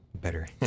better